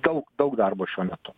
daug daug darbo šiuo metu